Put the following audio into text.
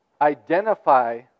identify